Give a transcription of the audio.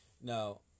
Now